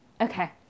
Okay